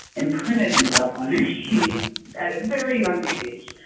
imprinted himself on this shift at a very young age.